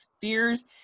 fears